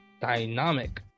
dynamic